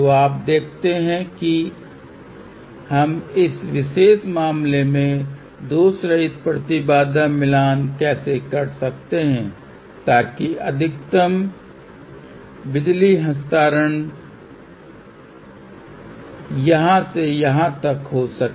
तो अब देखते हैं कि हम इस विशेष मामले मे दोषरहित प्रतिबाधा मिलान कैसे कर सकते हैं ताकि अधिकतम बिजली हस्तांतरण यहां से यहां तक हो सके